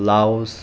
लौस्